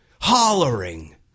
hollering